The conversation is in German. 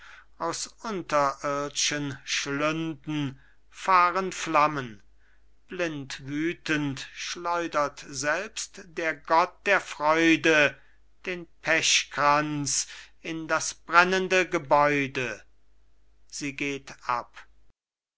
aus unterirdschen schlünden fahren flammen blindwütend schleudert selbst der gott der freude den pechkranz in das brennende gebäude sie geht ab